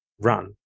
run